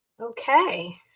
Okay